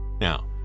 Now